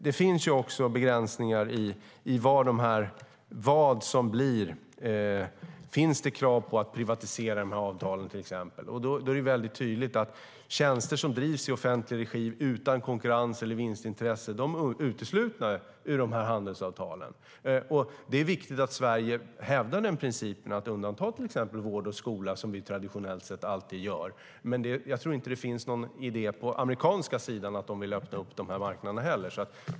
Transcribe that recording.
Det finns dock även begränsningar i vad det blir - finns det till exempel krav på att privatisera avtalen? Där är det väldigt tydligt att tjänster som drivs i offentlig regi utan konkurrens eller vinstintresse är uteslutna ur handelsavtalen. Det är viktigt att Sverige hävdar principen att undanta vård och skola, vilket vi traditionellt sett alltid gör, men jag tror inte att det finns en idé om att öppna upp de marknaderna på den amerikanska sidan heller.